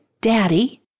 Daddy